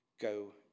go